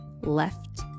left